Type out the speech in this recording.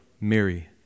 Mary